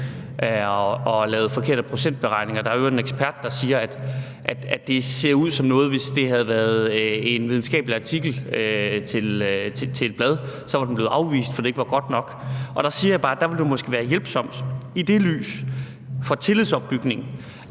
har lavet forkerte procentberegninger. Der er i øvrigt en ekspert, der siger, at hvis det havde været en videnskabelig artikel til et blad, var den blevet afvist, fordi den ikke var god nok. Der siger jeg bare, at det i det lys måske ville være gavnligt for tillidsopbygningen,